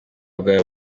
bwaba